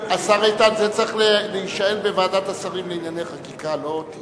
זה יעלה עשרות